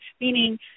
meaning